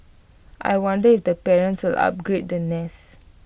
I wonder if the parents will upgrade the nest